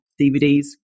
DVDs